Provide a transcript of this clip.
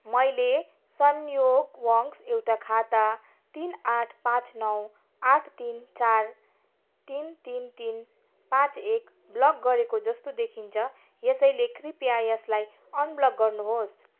मैले संयोगवस् एउटा खाता तिन आठ पाँच नौ आठ तिन चार तिन तिन तिन पाँच एक ब्लक गरेको जस्तो देखिन्छ यसैले कृपया यसलाई अनब्लक गर्नुहोस्